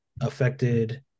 affected